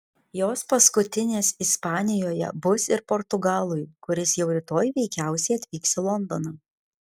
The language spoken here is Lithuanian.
jos paskutinės ispanijoje bus ir portugalui kuris jau rytoj veikiausiai atvyks į londoną